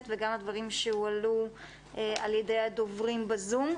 וגם על דברים שהועלו על ידי הדוברים בזום.